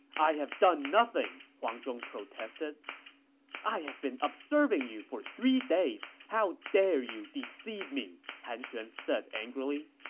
i have done nothing! huang zhong protested i have been observing you for three days how dare you deceive me! han xuan said angrily.